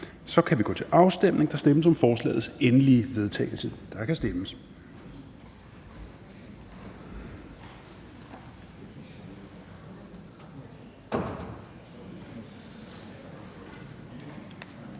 (Rasmus Helveg Petersen): Der stemmes om forslagets endelige vedtagelse, og der kan stemmes.